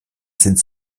sind